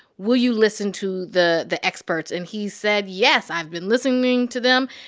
will you listen to the the experts? and he said, yes, i've been listening to them,